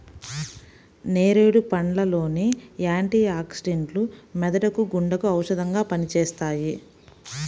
నేరేడు పండ్ల లోని యాంటీ ఆక్సిడెంట్లు మెదడుకు, గుండెకు ఔషధంగా పనిచేస్తాయి